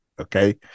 okay